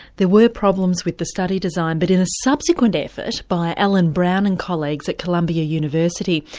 there were problems with the study design, but in a subsequent effort by alan brown and colleagues at columbia university,